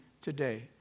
today